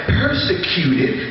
persecuted